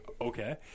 okay